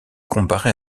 comparé